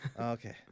Okay